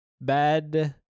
bad